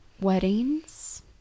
weddings